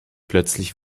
plötzlich